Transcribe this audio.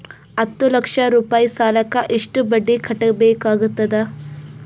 ಹತ್ತ ಲಕ್ಷ ರೂಪಾಯಿ ಸಾಲಕ್ಕ ಎಷ್ಟ ಬಡ್ಡಿ ಕಟ್ಟಬೇಕಾಗತದ?